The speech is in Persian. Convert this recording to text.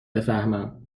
بفهمم